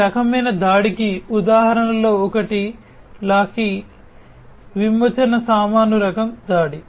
ఈ రకమైన దాడికి ఉదాహరణలలో ఒకటి లాకీ విమోచన సామాను రకం దాడి